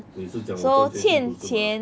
你是讲我赚钱很辛苦是吗